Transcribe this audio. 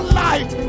light